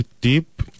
deep